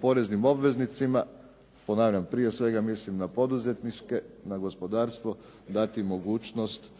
poreznim obveznicima, ponavljam, prije svega mislim na poduzetničke, na gospodarstvo dati mogućnost